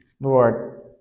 Lord